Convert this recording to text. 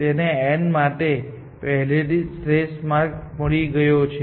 તેને n માટે પહેલેથી જ શ્રેષ્ઠ માર્ગ મળી ગયો છે